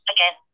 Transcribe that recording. Again